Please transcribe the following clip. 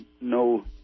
no